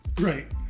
Right